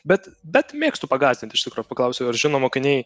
bet bet mėgstu pagąsdint iš tikro paklausiu ar žino mokiniai